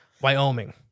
Wyoming